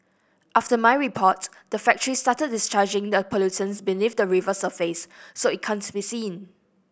after my report the factory started discharging the a pollutants beneath the river surface so it can't be seen